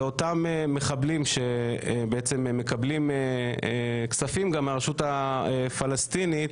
ואותם מחבלים שבעצם מקבלים כספים גם מהרשות הפלסטינית,